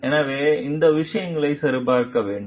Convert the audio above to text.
எனவே அந்த விஷயங்களை சரிபார்க்க வேண்டும்